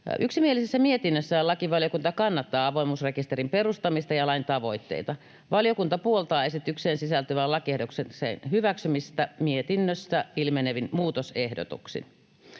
Yksimielisessä mietinnössään lakivaliokunta kannattaa avoimuusrekisterin perustamista ja lain tavoitteita. Valiokunta puoltaa esitykseen sisältyvän lakiehdotuksen hyväksymistä mietinnöstä ilmenevin muutosehdotuksin.